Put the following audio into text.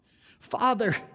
Father